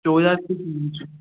चोरियासीं inch